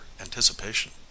anticipation